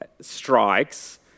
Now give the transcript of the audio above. strikes